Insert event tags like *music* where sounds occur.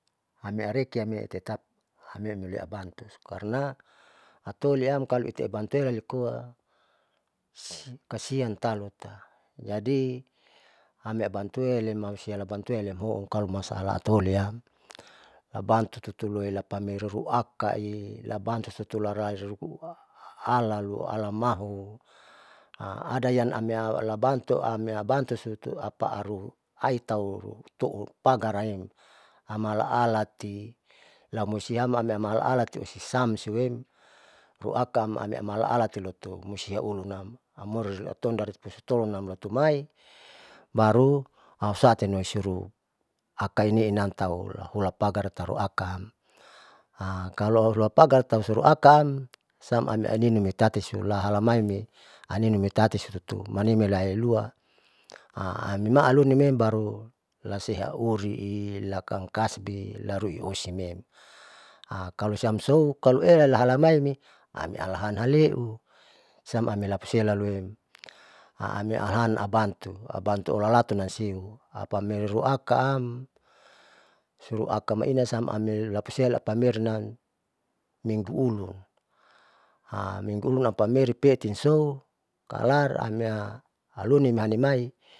Amiareki amiatetap amiamoli abantu karna ataoliam kaloitae bantuelalikoa *hesitation* sikasian talu *hesitation* jadi amiabantuela limangkali sialabantuela hamhoun kalo masaala ataoliam abantu tutuolila pameriluakai, labantu suturalaliua alalu alamahu *hesitation* adayang aniamia alabantu amlebantu sutuapa aru aitam tu'u pagar aem amala alati lamusiam lamela mala alati osi samsuem poakaam amiamala alati lomusia ulunam morilautonda tolunam lotumai, baru ausanituru akainemnam tauhula pagar taruakaam *hesitation* kalo auhula pagar tausuruakaam sam amiaininuti tati sula halamaime aninu metatisu manimi laelua *hesitation* amima alunime, baru hulasea urii lakam kasbi larui osimem *hesitation* kalo siam so kaloela lahalamai ami alahan aleu siam amilapsela lui amialahan labantu, abantu olalatunam siu apa ameriloakaam suru akamainasa mari loi lapusiem lapamerinam ini ulun *hesitation* niulun apameri ipeetisou kalar amia lunin hanimai.